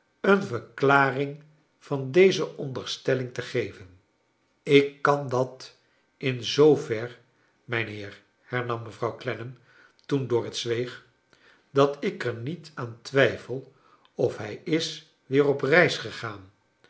een verklaring van deze onderstelling te geven ik kan dat in zoo ver mynheer hernam mevrouw clennam toen dorrit zweeg dat ik er niet aan twijfel of hij is weer op reis gegaan